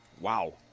Wow